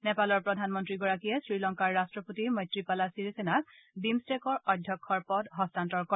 নেপালৰ প্ৰধানমন্ত্ৰীগৰাকীয়ে শ্ৰীলংকাৰ ৰাষ্ট্ৰপতি মৈত্ৰী পালা শ্ৰীছেনাক বিমট্টেকৰ অধ্যক্ষৰ পদ হস্তান্তৰ কৰে